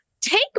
take